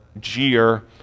jeer